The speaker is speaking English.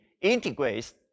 integrates